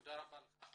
תודה רבה לך.